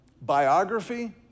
biography